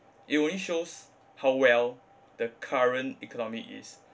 it only shows how well the current economy is